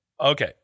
Okay